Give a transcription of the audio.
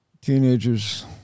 Teenagers